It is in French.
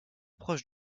proche